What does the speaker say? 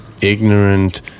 ignorant